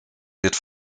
wird